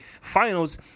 Finals